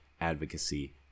advocacy